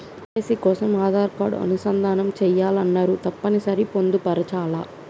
KYC కోసం Aadhaar card అనుసంధానం చేయాలని అన్నరు తప్పని సరి పొందుపరచాలా?